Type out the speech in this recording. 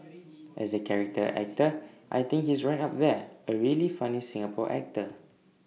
as A character actor I think he's right up there A really funny Singapore actor